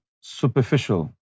superficial